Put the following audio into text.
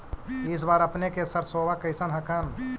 इस बार अपने के सरसोबा कैसन हकन?